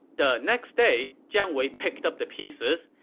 the next day, jiang wei picked up the pieces.